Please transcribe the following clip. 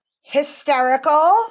Hysterical